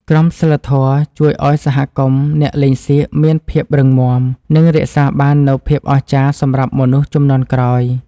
ក្រមសីលធម៌ជួយឱ្យសហគមន៍អ្នកលេងសៀកមានភាពរឹងមាំ និង រក្សាបាននូវភាពអស្ចារ្យសម្រាប់មនុស្សជំនាន់ក្រោយ។